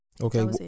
Okay